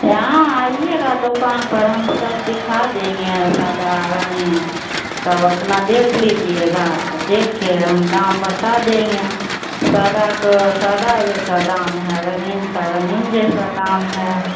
यहाँ आइएगा दुकान पर हम सब दिखा देंगे सादा रंगीन तब अपना देख लीजिएगा देख के हम दाम बता देंगे सादा का सादा जैसा दाम है रंगीन का रंगीन जैसा दाम है